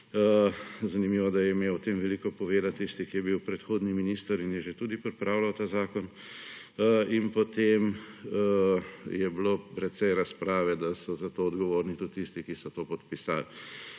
Zanimivo, da je imel o tem veliko povedati tisti, ki je bil predhodni minister in je že tudi pripravljal ta zakon. In potem je bilo precej razprave, da so za to odgovorni tudi tisti, ki so to podpisali.